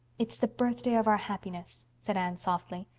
it's the birthday of our happiness, said anne softly.